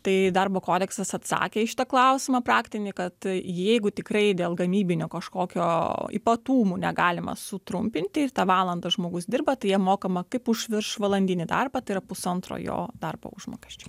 tai darbo kodeksas atsakė į šitą klausimą praktinį kad jeigu tikrai dėl gamybinio kažkokio ypatumų negalima sutrumpinti ir tą valandą žmogus dirba tai jam mokama kaip už viršvalandinį darbą tai yra pusantro jo darbo užmokesčio